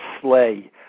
slay